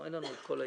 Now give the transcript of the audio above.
אין לנו את כל היום,